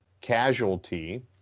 casualty